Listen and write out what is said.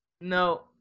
No